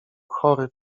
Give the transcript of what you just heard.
chory